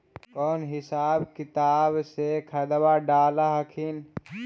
कौन हिसाब किताब से खदबा डाल हखिन?